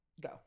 go